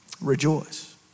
Rejoice